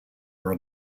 are